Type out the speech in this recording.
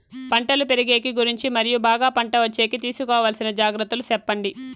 పంటలు పెరిగేకి గురించి మరియు బాగా పంట వచ్చేకి తీసుకోవాల్సిన జాగ్రత్త లు సెప్పండి?